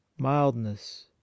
mildness